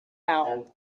out